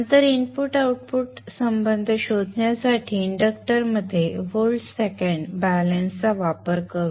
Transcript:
नंतर input output संबंध शोधण्यासाठी इंडक्टरमध्ये व्होल्ट सेकंड बॅलन्सचा वापर करू